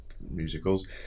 musicals